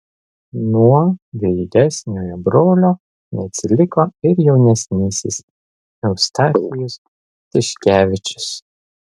nuo vyresniojo brolio neatsiliko ir jaunesnysis eustachijus tiškevičius